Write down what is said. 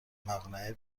مقنعه